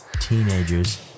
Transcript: teenagers